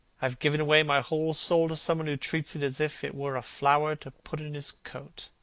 have given away my whole soul to some one who treats it as if it were a flower to put in his coat,